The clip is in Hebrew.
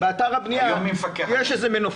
באתר הבנייה -- מי מפקח היום?